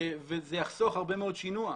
וזה יחסוך הרבה מאוד שינוע.